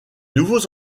nouveaux